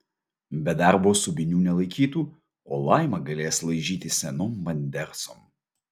be darbo subinių nelaikytų o laima galės laižyti senom bandersom